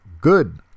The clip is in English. good